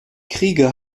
kriege